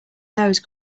nose